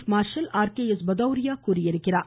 ப் marshal R K S Bhadauria தெரிவித்திருக்கிறார்